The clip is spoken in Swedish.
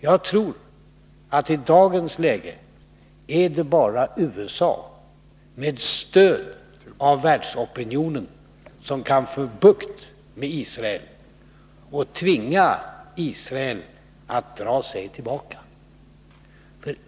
Jag tror att det i dagens läge bara är USA, med stöd av världsopinionen, som kan få bukt med Israel och tvinga Israel att dra sig tillbaka.